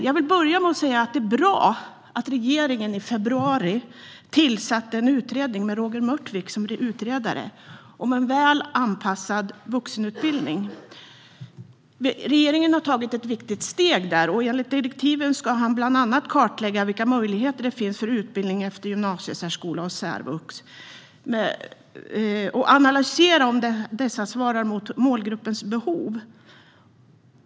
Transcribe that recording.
Jag vill börja med att säga att det är bra att regeringen i februari tillsatte en utredning, med Roger Mörtvik som utredare, om en väl anpassad vuxenutbildning. Regeringen har tagit ett viktigt steg där. Enligt direktiven ska utredaren bland annat kartlägga vilka möjligheter det finns till utbildning efter gymnasiesärskola och särvux och analysera om dessa svarar mot målgruppens behov.